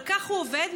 אבל כך הוא עובד,